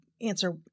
answer